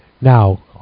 Now